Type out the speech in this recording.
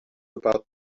about